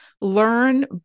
learn